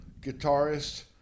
guitarist